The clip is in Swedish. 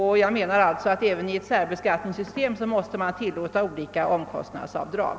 Jag menar alltså att man även i ett särbeskattningssystem måste tillåta olika omkostnadsavdrag.